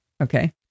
okay